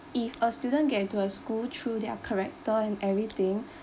if a student get into a school through their character and everything